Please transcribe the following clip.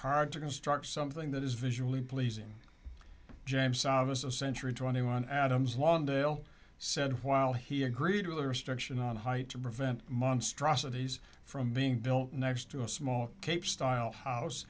hard to construct something that is visually pleasing james sabas of century twenty one adams lawndale said while he agreed with the restriction on height to prevent monstrosities from being built next to a small cape style house